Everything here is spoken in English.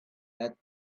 that